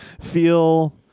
feel